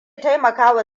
taimakawa